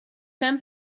ten